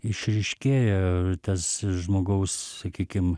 išryškėja tas žmogaus sakykim